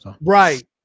Right